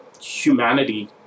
humanity